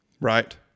right